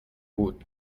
بود